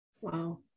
Wow